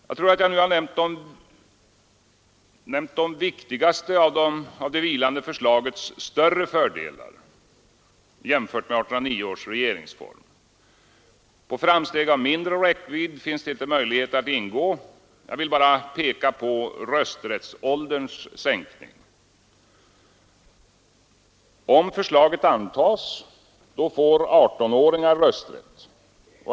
Jag tror att jag nu har nämnt de viktigaste av det vilande förslagets större fördelar jämfört med 1809 års regeringsform. På framsteg av mindre räckvidd finns det inte möjlighet att ingå. Jag vill bara peka på rösträttsålderns sänkning. Om förslaget antas får 18-åringar rösträtt.